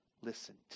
listened